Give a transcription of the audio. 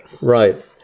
Right